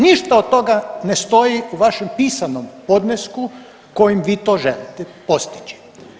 Ništa od toga ne stoji u vašem pisanom podnesku kojim vi to želite postići.